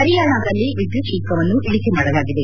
ಹರಿಯಾಣದಲ್ಲಿ ವಿದ್ಯುತ್ ಶುಲ್ಲವನ್ನು ಇಳಿಕೆ ಮಾಡಲಾಗಿದೆ